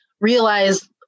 realize